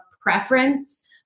preference